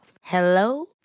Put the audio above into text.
Hello